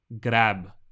grab